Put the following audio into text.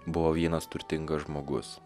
buvo vienas turtingas žmogus